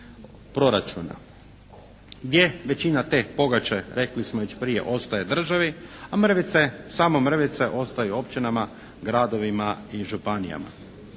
proračuna gdje većina te pogače rekli smo već prije ostaje državi, a mrvice, samo mrvice ostaju općinama, gradovima i županijama.